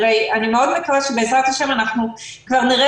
אני מאוד מקווה שבעזרת השם אנחנו כבר נראה